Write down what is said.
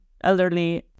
elderly